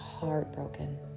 heartbroken